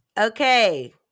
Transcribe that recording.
Okay